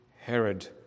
Herod